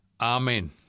Amen